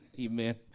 Amen